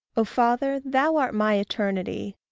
o father, thou art my eternity.